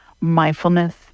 mindfulness